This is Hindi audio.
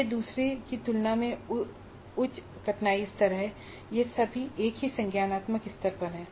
यह दूसरे की तुलना में उच्च कठिनाई स्तर है लेकिन ये सभी एक ही संज्ञानात्मक स्तर पर हैं